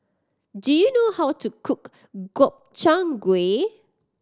do you know how to cook Gobchang Gui